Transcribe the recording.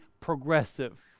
progressive